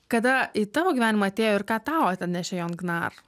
kada į tavo gyvenimą atėjo ir ką tau atnešė jon gnar